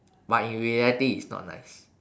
but in reality it's not nice